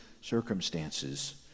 circumstances